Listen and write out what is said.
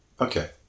Okay